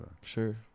Sure